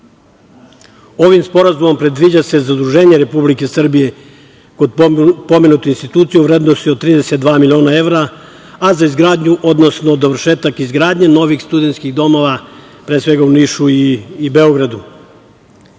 sporazumom predviđa se zaduženje Republike Srbije kod pomenute institucije u vrednosti od 32 miliona evra, a za izgradnju, odnosno dovršetak izgradnje novih studenskih domova, pre svega u Nišu i Beogradu. Mislim